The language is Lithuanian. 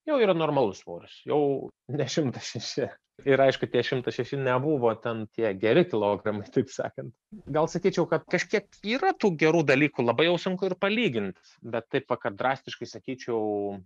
jau yra normalus svoris jau ne šimtas šeši ir aišku tie šimtas šeši nebuvo ten tie geri kilogramai taip sakant gal sakyčiau kad kažkiek yra tų gerų dalykų labai jau sunku ir palygint bet taip va kad drastiškai sakyčiau